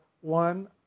one